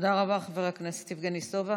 תודה רבה, חבר הכנסת יבגני סובה.